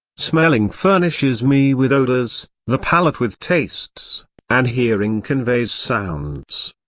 smelling furnishes me with odours the palate with tastes and hearing conveys sounds.